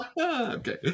Okay